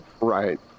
Right